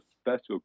special